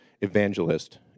evangelist